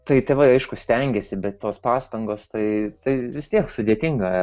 tai tėvai aišku stengėsi bet tos pastangos tai tai vis tiek sudėtinga